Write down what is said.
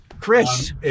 Chris